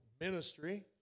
ministry